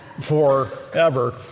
forever